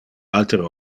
altere